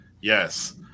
yes